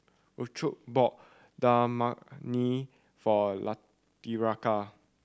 Rocio bought Dal Makhani for Latricia